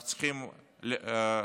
אנחנו צריכים להראות